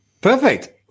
perfect